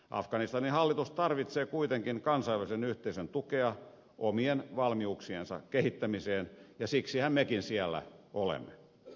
afganistanin hallitus tarvitsee kuitenkin kansainvälisen yhteisön tukea omien valmiuksiensa kehittämiseen ja siksihän mekin siellä olemme